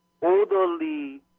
orderly